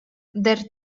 der